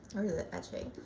or the etching.